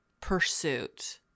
pursuit